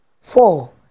four